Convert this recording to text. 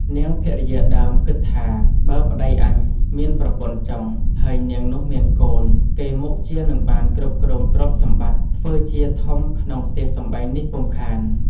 នាងភរិយាដើមគិតថា បើប្តីអញមានប្រពន្ធចុង ហើយនាងនោះមានកូន គេមុខជានឹងបាន គ្រប់គ្រងទ្រព្យសម្បត្តិ ធ្វើជាធំក្នុងផ្ទះសម្បែងនេះពុំខាន។